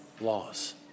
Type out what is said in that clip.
laws